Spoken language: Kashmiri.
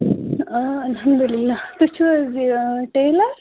آ الحمدُ اللہ تۄہہِ چھِو حظ یہِ ٹیٚلر